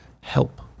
help